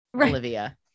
Olivia